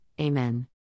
Amen